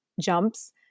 jumps